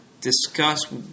discuss